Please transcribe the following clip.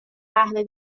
قهوه